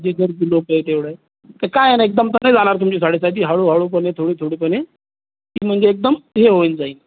जे गरजू लोकं आहेत तेवढं काय ना एकदम तर नाहीच जाणार तुमची साडेसाती हळूहळूपणे थोडी थोडीपणे ती म्हणजे एकदम हे होईल जाईल